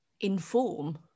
inform